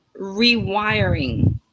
rewiring